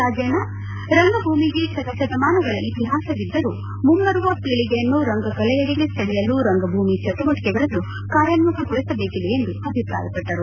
ರಾಜಣ್ಣ ರಂಗಭೂಮಿಗೆ ಶತ ಶತಮಾನಗಳ ಇತಿಹಾಸವಿದ್ದರೂ ಮುಂಬರುವ ಪೀಳಿಗೆಯನ್ನು ರಂಗಕಲೆಯೆಡೆ ಸೆಳೆಯಲು ರಂಗಭೂಮಿ ಚಟುವಟಿಕೆಗಳನ್ನು ಕಾರ್ಯೋನ್ನುಖಗೊಳಿಸಬೇಕಿದೆ ಎಂದು ಅಭಿಪ್ರಾಯಪಟ್ಟರು